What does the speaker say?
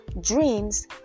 dreams